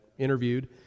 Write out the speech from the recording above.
interviewed